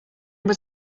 was